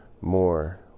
more